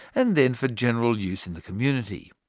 and then for general use in the community.